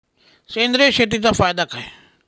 सेंद्रिय शेतीचा फायदा काय?